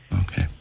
Okay